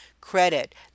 credit